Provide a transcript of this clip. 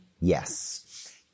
yes